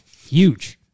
Huge